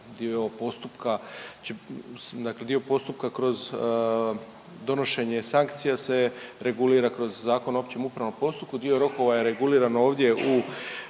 dio postupka kroz donošenje sankcija se regulira kroz Zakon o općem upravnom postupku, dio rokova je reguliran ovdje u